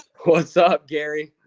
what's up, gary?